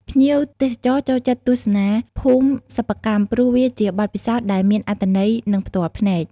ភ្ញៀវទេសចរចូលចិត្តទស្សនាភូមិសិប្បកម្ម ព្រោះវាជាបទពិសោធន៍ដែល មានអត្ថន័យ និងផ្ទាល់ភ្នែក។